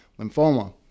lymphoma